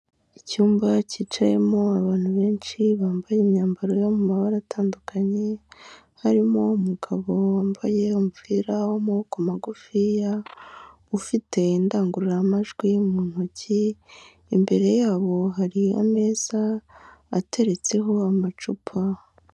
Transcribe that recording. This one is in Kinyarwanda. Icyumba cyicayemo abantu benshi bambaye imyambaro yo mu mabara atandukanye, harimo umugabo wambaye umupira w'amaboko magufiya ufite indangururamajwi mu ntoki imbere yabo hari ameza ateretseho amacupa.